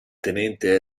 tenente